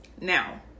Now